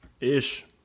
Ish